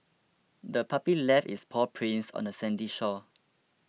the puppy left its paw prints on the sandy shore